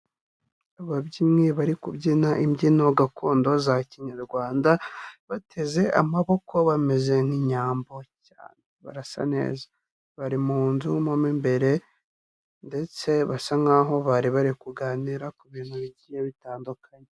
Ababyinnyi bari kubyina imbyino gakondo za kinyarwanda, bateze amaboko bameze nk'inyambo cyane, barasa neza bari mu nzu mo imbere ndetse basa nkaho bari bari kuganira ku bintu bigiye bitandukanye.